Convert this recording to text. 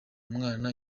umwana